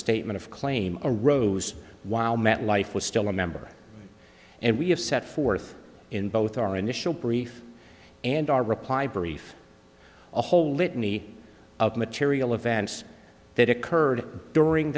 statement of claim a rose while metlife was still a member and we have set forth in both our initial brief and our reply brief a whole litany of material events that occurred during